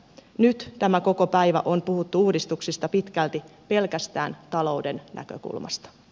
nyt tämä koko päivä on puhuttu uudistuksista pitkälti pelkästään talouden näkökulmasta